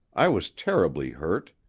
i was terribly hurt.